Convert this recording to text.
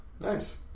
nice